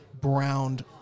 browned